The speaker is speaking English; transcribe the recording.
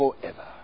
forever